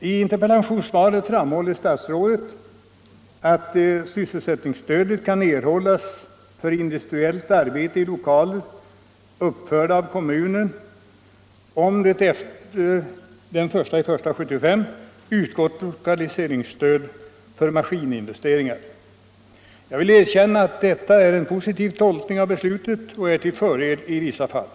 I interpellationssvaret framhåller statsrådet att sysselsättningsstöd kan erhållas för industriellt arbete i lokaler uppförda av kommunen om det efter den 1 januari 1975 utgått lokaliseringsstöd för maskininvesteringar. Jag vill erkänna att detta är en positiv tolkning av beslutet och är till fördel i vissa fall.